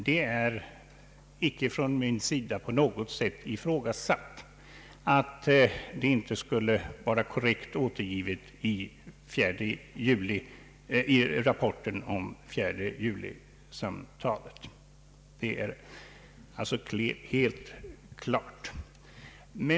Det har icke från min sida ifrågasatts att finansministerns medverkan i detta ärende icke skulle ha varit korrekt återgiven i rapporten om samtalet den 4 juli. Detta är alltså helt klart.